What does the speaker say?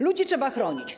Ludzi trzeba chronić.